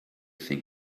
think